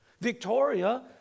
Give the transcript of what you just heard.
Victoria